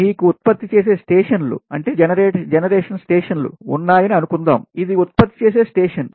మీకు ఉత్పత్తి చేసే స్టేషన్లు జనరేషన్ స్టేషన్లు ఉన్నాయని అనుకుందాం ఇది ఉత్పత్తి చేసే స్టేషన్